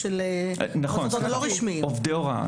נכון, כלל עובדי ההוראה.